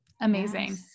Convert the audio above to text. Amazing